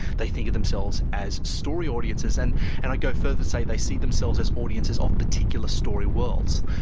they think of themselves as story audiences. and and i'd go further to say they see themselves as audiences of particular story worlds,